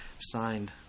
signed